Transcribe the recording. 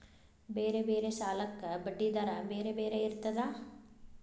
ಬೇರೆ ಬೇರೆ ಸಾಲಕ್ಕ ಬಡ್ಡಿ ದರಾ ಬೇರೆ ಬೇರೆ ಇರ್ತದಾ?